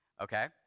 Okay